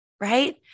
Right